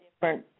different